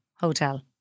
hotel